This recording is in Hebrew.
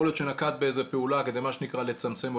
יכול להיות שנקט באיזה שהיא פעולה כדי מה שנקרא לצמצם.